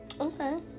Okay